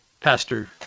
Pastor